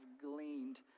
gleaned